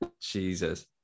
Jesus